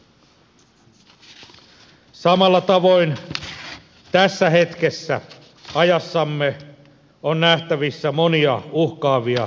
samalla tavoin tässä hetkessä ajassamme on nähtävissä monia uhkaavia tekijöitä